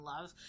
love